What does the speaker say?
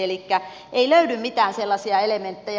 elikkä ei löydy mitään sellaisia elementtejä